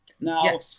now